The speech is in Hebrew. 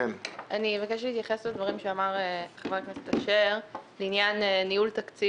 אני מבקשת להתייחס לדברים שאמר חבר הכנסת אשר לעניין ניהול תקציב